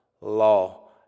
law